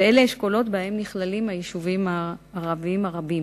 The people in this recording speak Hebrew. ואלה אשכולות שבהם נכללים יישובים ערביים רבים.